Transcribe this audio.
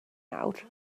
nawr